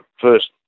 first